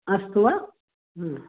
अस्तु वा